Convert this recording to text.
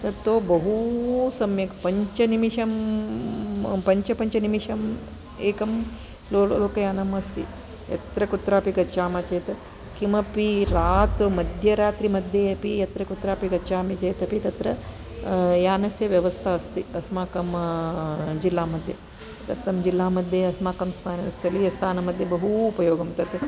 तत्तो बहु सम्यक् पञ्चनिमिषं पञ्चपञ्चनिमिषम् एकं लोकयानम् अस्ति यत्र कुत्रापि गच्छामः चेत् किमपि रात्रौ मध्यरात्रि मध्ये अपि यत्र कुत्रापि गच्छामि चेत् अपि तत्र यानस्य व्यवस्था अस्ति अस्माकं जिल्ला मध्ये तत् तद् जिल्लामध्ये अस्माकं स्थलीयस्तानमध्ये बहु उपयोगं तत्